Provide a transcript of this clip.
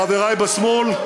חברי בשמאל,